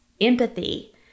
empathy